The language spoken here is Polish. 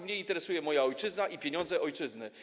Mnie interesuje moja ojczyzna i pieniądze ojczyzny.